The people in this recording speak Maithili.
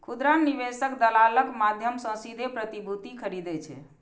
खुदरा निवेशक दलालक माध्यम सं सीधे प्रतिभूति खरीदै छै